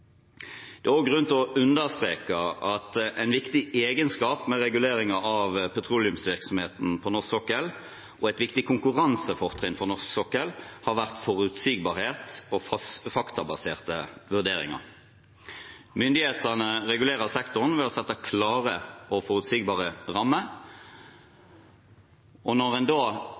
Det er også grunn til å understreke at en viktig egenskap ved reguleringen av petroleumsvirksomheten på norsk sokkel og et viktig konkurransefortrinn for norsk sokkel har vært forutsigbarhet og faktabaserte vurderinger. Myndighetene regulerer sektoren ved å sette klare og forutsigbare rammer, og når en da